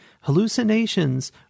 Hallucinations